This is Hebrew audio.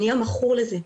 הוא נהיה מכור לזה,